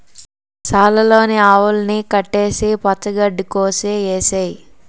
సాల లోన ఆవుల్ని కట్టేసి పచ్చ గడ్డి కోసె ఏసేయ్